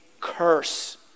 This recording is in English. curse